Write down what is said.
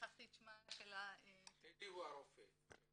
--- טדי הוא הרופא.